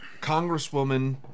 Congresswoman